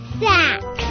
sack